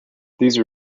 these